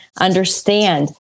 understand